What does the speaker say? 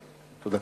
תודה.